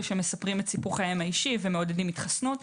שמספרים את סיפור חייהם האישי ומעודדים התחסנות,